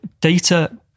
data